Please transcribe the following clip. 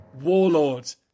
Warlord